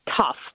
tough